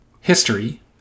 History